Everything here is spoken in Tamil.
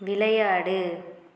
விளையாடு